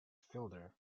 fielder